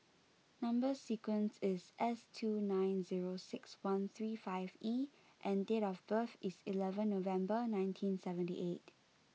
number sequence is S two nine zero six one three five E and date of birth is eleven November nineteen seventy eight